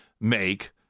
make